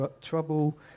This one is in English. trouble